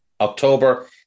October